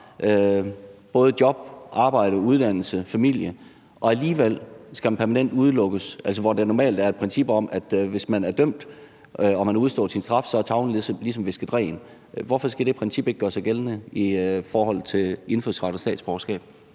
både job, arbejde, uddannelse og familie, men alligevel skal man permanent udelukkes. Altså, normalt er der et princip om, at hvis man er dømt og man har udstået sin straf, er tavlen ligesom visket ren. Hvorfor skal det princip ikke gøre sig gældende i forhold til indfødsret og statsborgerskab?